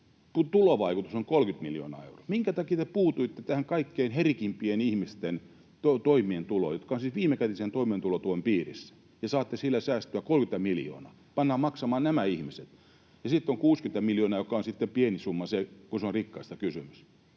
sen tulovaikutus on 30 miljoonaa euroa. Minkä takia te puutuitte tähän kaikkein herkimpien ihmisten toimeentuloon, niiden, jotka ovat siis viimekätisen toimeentulotuen piirissä? Te saatte sillä säästöä 30 miljoonaa, pannaan nämä ihmiset maksamaan. Ja sitten 60 miljoonaa, se on sitten pieni summa se, kun on rikkaista kysymys.